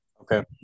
okay